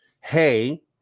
hey